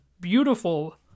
beautiful